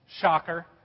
Shocker